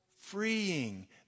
freeing